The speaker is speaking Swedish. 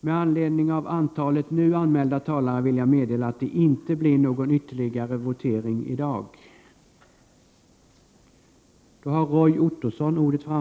Med anledning av antalet nu anmälda talare vill jag meddela att det inte blir någon ytterligare votering i dag.